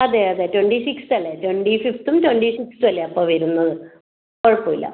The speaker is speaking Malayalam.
അതെ അതെ ട്വൻ്റി സിക്സ്ത്ത് അല്ലേ ട്വൻ്റി ഫിഫ്ത്തും ട്വൻ്റി സിക്സ്ത്തും അല്ലേ അപ്പോൾ വരുന്നത് കുഴപ്പമില്ല